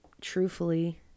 truthfully